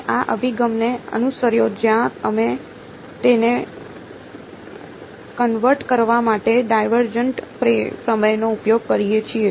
અમે આ અભિગમને અનુસર્યો જ્યાં અમે તેને કન્વર્ટ કરવા માટે ડાયવરજન્ટ પ્રમેયનો ઉપયોગ કરીએ છીએ